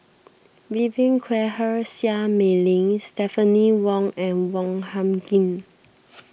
Vivien Quahe Seah Mei Lin Stephanie Wong and Wong Hung Khim